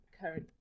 current